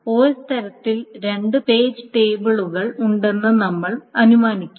OS തരത്തിൽ രണ്ട് page ടേബിളുകൾ ഉണ്ടെന്ന് നമ്മൾ അനുമാനിക്കും